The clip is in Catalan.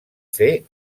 fer